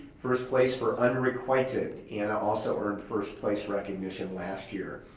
first place for unrequited and also earned first place recognition last year.